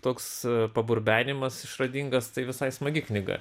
toks paburbenimas išradingas tai visai smagi knyga